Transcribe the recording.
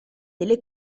delle